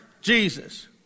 Jesus